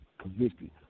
convicted